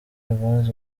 evans